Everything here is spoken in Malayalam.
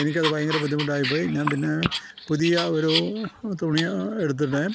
എനിക്ക് അത് ഭയങ്കര ബുദ്ധിമുട്ടായി പോയി ഞാൻ പിന്നെ പുതിയ ഒരു തുണി എടുത്തിട്ട്